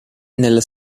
nella